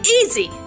Easy